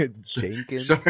Jenkins